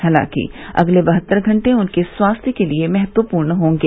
हालांकि अगले बहत्तर घंटे उनके स्वास्थ्य के लिये महत्वपूर्ण होंगे